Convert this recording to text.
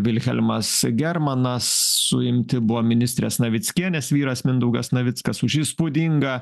vilhelmas germanas suimti buvo ministrės navickienės vyras mindaugas navickas už įspūdingą